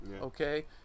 okay